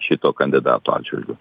šito kandidato atžvilgiu